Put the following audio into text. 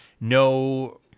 no